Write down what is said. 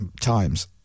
times